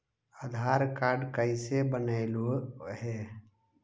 आधार card कईसे बनैलहु हे?